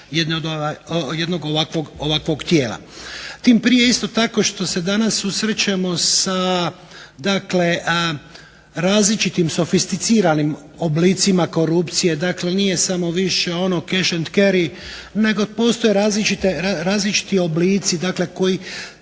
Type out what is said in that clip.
jednog ovakvog tijela. Tim prije isto tako što se danas susrećemo sa, dakle različitim sofisticiranim oblicima korupcije. Dakle, nije samo više ono cash&cary nego postoje različiti oblici,